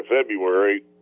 February